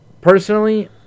personally